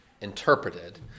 interpreted